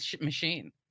machine